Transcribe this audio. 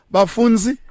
Bafunzi